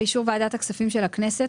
באישור ועדת הכספים של הכנסת,